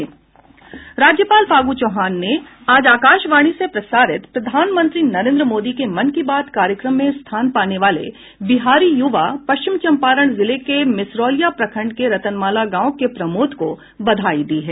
राज्यपाल फागू चौहान ने आज आकाशवाणी से प्रसारित प्रधानमंत्री नरेन्द्र मोदी के मन की बात कार्यक्रम में स्थान पाने वाले बिहारी युवा पश्चिम चंपारण जिले के मिसरौलिया प्रखंड के रतनमाला गांव के प्रमोद को बधाई दी है